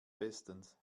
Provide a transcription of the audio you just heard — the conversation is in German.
bestens